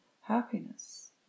happiness